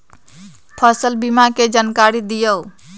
फसल बीमा के जानकारी दिअऊ?